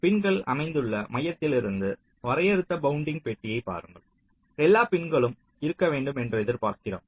பின்கள் அமைந்துள்ள மையத்திலிருந்து வரையறுத்த பவுண்டிங் பெட்டியை பாருங்கள் எல்லா பின்களும் இருக்க வேண்டும் என்று எதிர்பார்க்கிறோம்